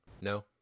No